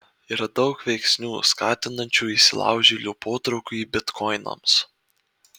yra daug veiksnių skatinančių įsilaužėlių potraukį bitkoinams